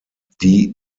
die